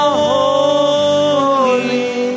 holy